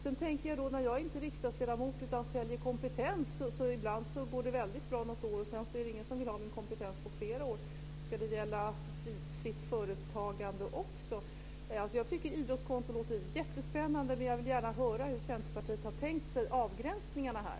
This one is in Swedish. Så tänker jag på att när jag inte är riksdagsledamot utan i stället säljer kompetens går det ibland väldigt bra något år och sedan är det ingen som vill ha min kompetens på flera år. Ska det gälla fritt företagande också? Jag tycker att idrottskonto låter jättespännande, men jag vill gärna höra hur Centerpartiet har tänkt sig avgränsningarna här.